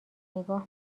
نگاه